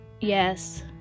Yes